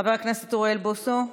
חבר הכנסת אוריאל בוסו,